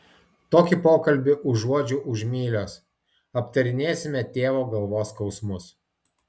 tokį pokalbį užuodžiu už mylios aptarinėsime tėvo galvos skausmus